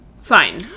fine